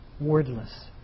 wordless